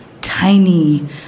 tiny